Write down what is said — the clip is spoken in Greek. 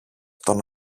τον